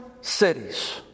cities